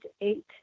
eight